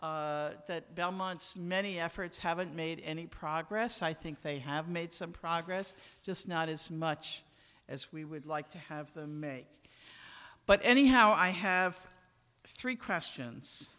belmont's many efforts haven't made any progress i think they have made some progress just not as much as we would like to have them make but anyhow i have three questions